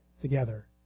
together